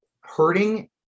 hurting